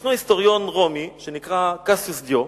ישנו היסטוריון רומי, שנקרא קסיוס דיו,